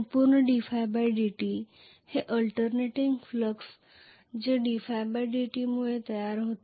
संपूर्ण dϕdt हे alternating flux जे dϕdt मुळे तयार होते